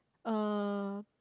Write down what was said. uh